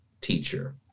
teacher